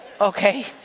Okay